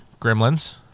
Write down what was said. Gremlins